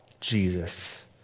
Jesus